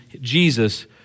Jesus